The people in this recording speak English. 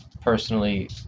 personally